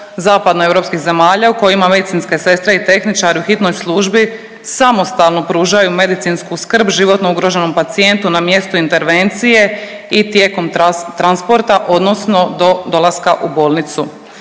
zapadnoeuropskih zemalja u kojima medicinska sestra i tehničar u hitnoj službi samostalno pružaju medicinsku skrb životno ugroženom pacijentu na mjestu intervencije i tijekom transporta odnosno do dolaska u bolnicu.